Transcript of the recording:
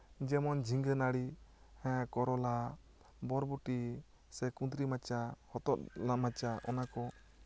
ᱡᱮᱢᱚᱱ ᱡᱷᱤᱝᱜᱟᱹ ᱱᱟᱲᱤ ᱡᱮᱢᱚᱱ ᱠᱚᱨᱚᱞᱟ ᱵᱚᱨᱵᱚᱴᱤ ᱥᱮ ᱠᱩᱫᱽᱨᱤ ᱢᱟᱪᱟ ᱦᱚᱛᱚᱜ ᱢᱟᱪᱟ ᱚᱱᱟ ᱠᱚ